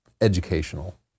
educational